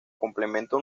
complemento